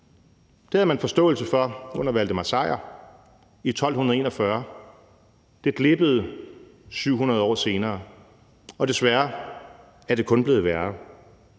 Det havde man forståelse for under Valdemar Sejr i 1241, det glippede 700 år senere, og desværre er det kun blevet værre.